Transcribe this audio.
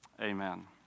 Amen